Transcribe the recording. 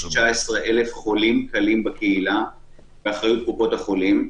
יש 19,000 חולים קלים בקהילה באחריות קופות החולים,